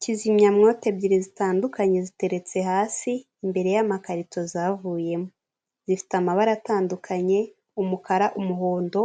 Kizimyamwoto ebyiri zitandukanye ziteretse hasi imbere y'amakarito zavuyemo. Zifite amabara atandukanye umukara, umuhondo,